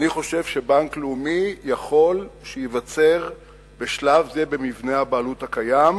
אני חושב שבנק לאומי יכול שייווצר בשלב זה במבנה הבעלות הקיים,